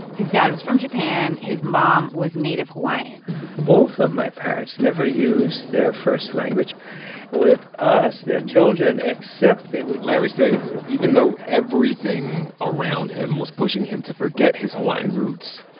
his dad was from japan. his mom was native hawaiian both of my parents never used their first language with us, their children, except they would. larry says even though everything around him was pushing him to forget his hawaiian roots,